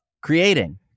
creating